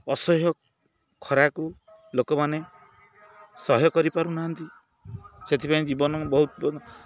ଅସହ୍ୟ ଖରାକୁ ଲୋକମାନେ ସହ୍ୟ କରିପାରୁନାହାନ୍ତି ସେଥିପାଇଁ ଜୀବନ ବହୁତ